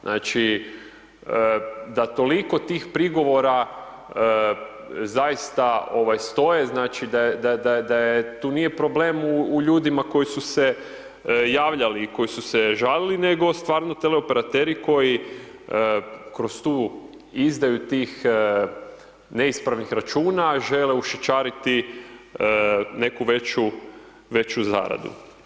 Znači, da toliko tih prigovora zaista ovaj stoje znači da je, tu nije problem u ljudima koji su se javljali i koji su se žalili, nego stvarno teleoperateri koji kroz tu, izdaju tih neispravnih računa žele ušićariti neku veću, veću zaradu.